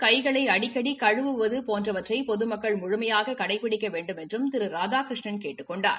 கைகளை அடிக்கடி கழுவுவது போன்றவற்றை பொதுமக்கள் முழுமையாக கடைபிடிக்க வேண்டுமென்றும் திரு ராதாகிருஷ்ணன் கேட்டுக் கொண்டார்